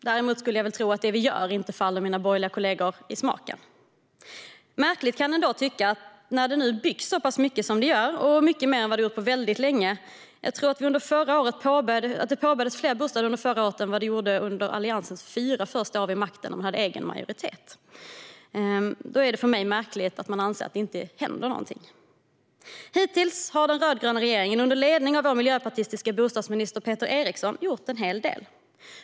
Däremot skulle jag tro att det vi gör vi gör inte faller mina borgerliga kollegor i smaken. Det kan en tycka är märkligt när det byggs så pass mycket som det görs och mycket mer än vad som gjorts på väldigt länge. Jag tror att det under förra året påbörjades fler bostäder än vad det gjordes under Alliansens fyra första år vid makten när den hade egen majoritet. Då är det för mig märkligt att de anser att det inte händer någonting. Hittills har den rödgröna regeringen under ledning av vår miljöpartistiske bostadsminister Peter Eriksson gjort en hel del.